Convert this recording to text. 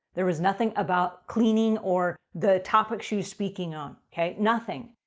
there was nothing about cleaning or the topic she was speaking on. okay, nothing.